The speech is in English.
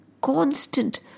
constant